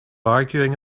arguing